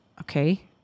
okay